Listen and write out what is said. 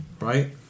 right